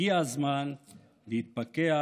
הגיע הזמן להתפכח